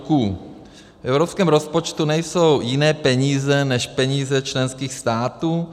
V evropském rozpočtu nejsou jiné peníze než peníze členských států.